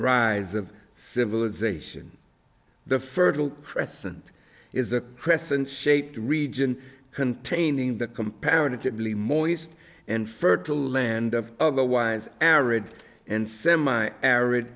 rise of civilization the fertile crescent is a crescent shaped region containing the comparatively moist and fertile land of otherwise arid and semi arid